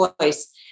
voice